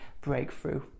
breakthrough